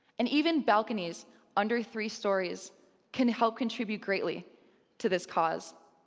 and even balconies under three stories can help contribute greatly to this cause.